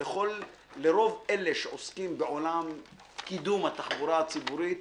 לרוב אלה שעוסקים בעולם קידום התחבורה הציבורית,